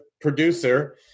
producer